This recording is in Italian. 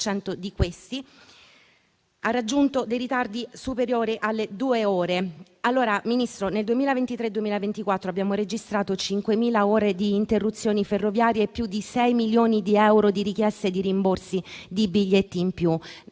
di questi ha raggiunto dei ritardi superiori alle due ore. Signor Ministro, nel periodo 2023-2024 abbiamo registrato 5.000 ore di interruzioni ferroviarie e più di 6 milioni di euro di richieste di rimborsi di biglietti in più,